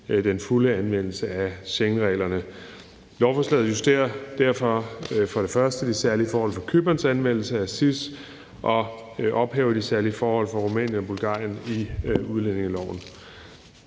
den fulde anvendelse af Schengenreglerne. Lovforslaget justerer derfor de særlige forhold for Cyperns anvendelse af SIS og ophæver de særlige forhold for Rumænien og Bulgarien i udlændingeloven.